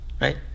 Right